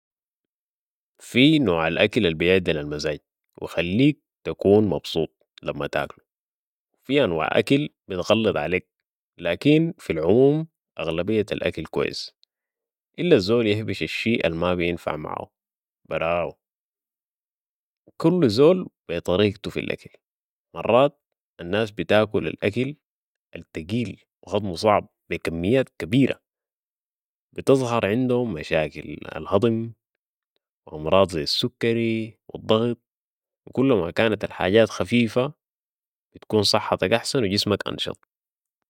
في نوع الاكل البيعدل المزاج و بخليك تكون مبسوط لما تاكلو و في انواع اكل بتغلط عليك ، لكن في العموم أغلبية الاكل كويس الا الزول يهبش الشي الما بينفع معاهو براهو ، كل زول بي طريقتو في الاكل ، مرات الناس بتاكل الاكل التقيل وهضمو صعب بي كميات كبيرة بتظهر عندهم مشاكل الهضم و امراض زي السكري و الضغط و كلما كانت الحاجات خفيفة بتكون صحتك احسن و جسمك انشيط